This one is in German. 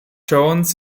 jones